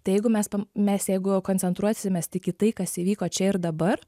tai jeigu mes mes jeigu koncentruosimės tik į tai kas įvyko čia ir dabar